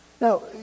Now